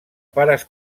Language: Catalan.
pares